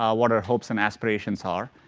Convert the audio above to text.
ah what our hopes and aspirations are,